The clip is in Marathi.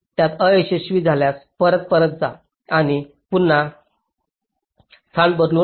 त्यात अयशस्वी झाल्यास परत परत जा आणि स्थान बदलू